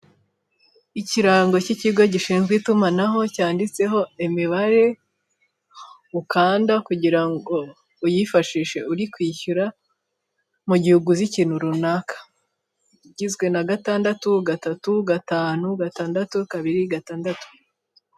Ikirango k'ikigo gishinzwe itumanaho cyanditseho imibare ukanda kugira ngo uyifashishe uri kwishyura, mu gihe uguze ikintu runaka, igizwe na gatandatu, gatatu, gatanu, gatandatu, kabiri, gatandatu.